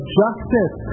justice